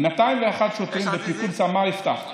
201 שוטרים בפיקוד סממ"ר יפתח,